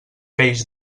peix